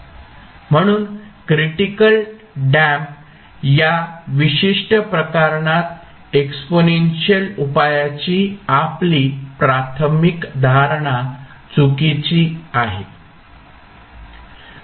म्हणून critical damping या विशिष्ट प्रकरणात एक्सपोनेन्शियल उपायाची आपली प्राथमिक धारणा चुकीची आहे